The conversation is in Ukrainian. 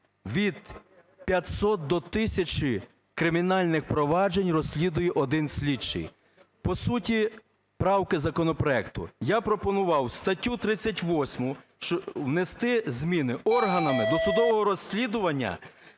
від 500 до 1 тисячі кримінальних проваджень розслідує один слідчий. По суті правки законопроекту. Я пропонував в статтю 38 внести зміни: "органами досудового розслідування